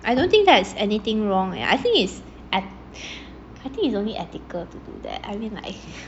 I don't think that is anything wrong leh I think is at I think it's only ethical to do that I mean like